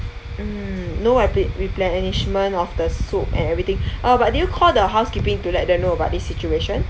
mm no eple~ replenishment of the soap and everything uh but did you call the housekeeping to let them know about this situation